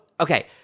okay